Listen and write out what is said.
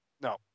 No